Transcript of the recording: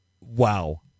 Wow